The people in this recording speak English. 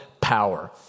power